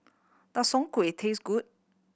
does soon kway taste good